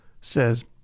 says